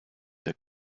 der